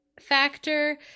factor